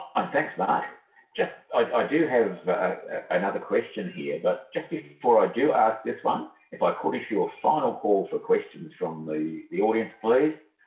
i'm texting i just i do have another question here but just before i do ask this one if i caught issue a final call for questions from the the audience please